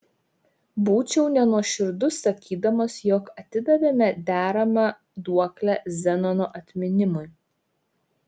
būčiau nenuoširdus sakydamas jog atidavėme deramą duoklę zenono atminimui